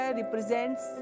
represents